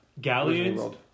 galleons